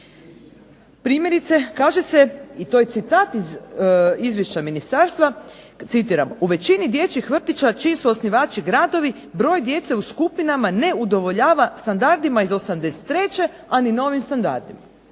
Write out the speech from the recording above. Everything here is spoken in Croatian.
Primjerice, kaže se i to je citat iz izvješća ministarstva, citiram: "u većini dječjih vrtića čiji su osnivači gradovi broj djece u skupinama ne udovoljava standardima iz '83., a ni novim standardima."